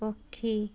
ପକ୍ଷୀ